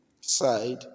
side